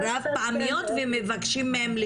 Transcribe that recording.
אם היינו עושים את החלוקה הזאת ומנתחים כמה מהמכרזים הממשלתיים